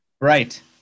Right